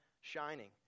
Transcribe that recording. shining